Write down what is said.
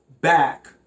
back